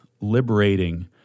liberating